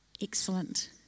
Excellent